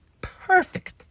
perfect